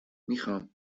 میخام